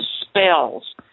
spells